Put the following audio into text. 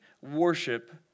worship